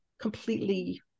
completely